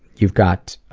you've got a